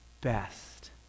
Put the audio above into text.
best